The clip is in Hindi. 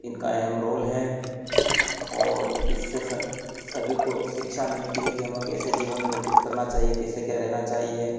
इनका अहम रोल है और इससे सभी को शिक्षा मिलती है कि हमें कैसे जीवन व्यतीत करना चाहिए कैसे क्या रहना चाहिए